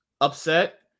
upset